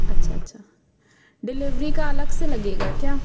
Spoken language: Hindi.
अच्छा अच्छा डिलीवरी का अलग से लगेगा क्या